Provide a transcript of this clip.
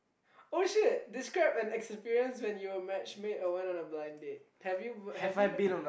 oh shit describe an experience when you were matchmade or went on a blind date have you have you